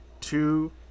two